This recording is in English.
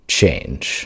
change